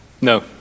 No